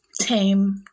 Tame